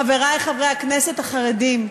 חברי חברי הכנסת החרדים: